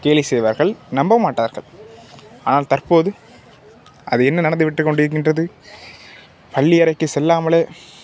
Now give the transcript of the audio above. கேலி செய்வார்கள் நம்ப மாட்டார்கள் ஆனால் தற்போது அது என்ன நடந்து விட்டுக் கொண்டு இருக்கின்றது பள்ளி அறைக்கு செல்லாமலே